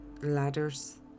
ladders